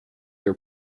your